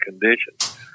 conditions